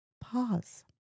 pause